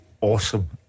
Awesome